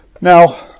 Now